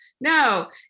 No